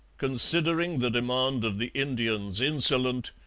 considering the demand of the indians insolent,